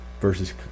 versus